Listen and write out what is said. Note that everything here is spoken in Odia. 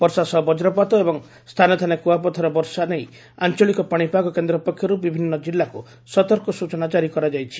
ବର୍ଷା ସହ ବଜ୍ରପାତ ଏବଂ ସ୍ରାନେ ସ୍ତାନେ କୁଆପଥର ବର୍ଷା ନେଇ ଆଂଚଳିକ ପାଶିପାଗ କେନ୍ଦ ପକ୍ଷରୁ ବିଭିନୁ ଜିଲ୍ଲାକୁ ସତର୍କ ସ୍ଚନା କାରୀ କରାଯାଇଛି